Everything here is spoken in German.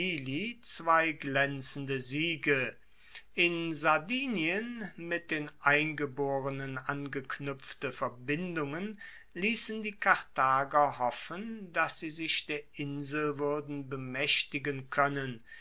zwei glaenzende siege in sardinien mit den eingeborenen angeknuepfte verbindungen liessen die karthager hoffen dass sie sich der insel wuerden bemaechtigen koennen